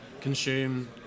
consume